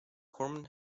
corman